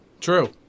True